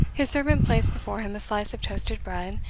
his servant placed before him a slice of toasted bread,